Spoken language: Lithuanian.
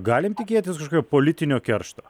galim tikėtis kažkokio politinio keršto